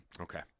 Okay